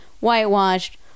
Whitewashed